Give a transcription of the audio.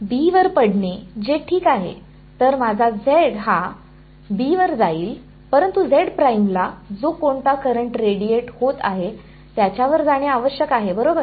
B वर पडणे जे ठीक आहे तर माझा z हा B वर जाईल परंतु ला जो कोणता करंट रेडिएट होत आहे त्याच्यावर जाणे आवश्यक आहे बरोबर